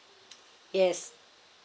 yes